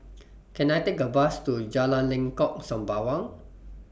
Can I Take A Bus to Jalan Lengkok Sembawang